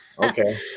Okay